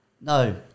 no